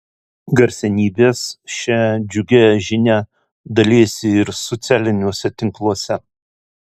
garsenybės šia džiugia žinia dalijasi ir socialiniuose tinkluose